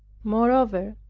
moreover,